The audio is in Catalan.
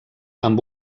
amb